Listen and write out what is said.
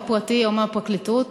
או פרטי או מהפרקליטות.